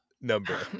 number